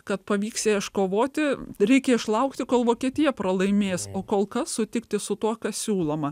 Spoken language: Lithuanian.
kad pavyks ją iškovoti reikia išlaukti kol vokietija pralaimės o kol kas sutikti su tuo kas siūloma